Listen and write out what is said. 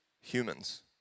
humans